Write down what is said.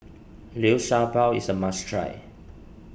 Liu Sha Bao is a must try